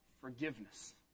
forgiveness